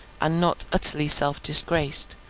and not utterly self-disgraced,